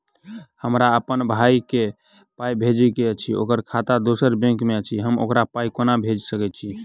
हमरा अप्पन भाई कऽ पाई भेजि कऽ अछि, ओकर खाता दोसर बैंक मे अछि, हम ओकरा पाई कोना भेजि सकय छी?